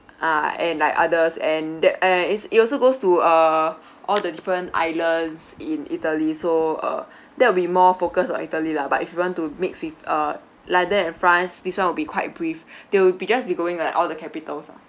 ah and like others and that and it's it also goes to uh all the different islands in italy so uh that will be more focused on italy lah but if you want to mix with uh london and france this one will be quite brief they'll be just be going like all the capitals lah